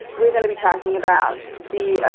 we're going to be talking about the,